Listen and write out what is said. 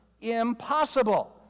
impossible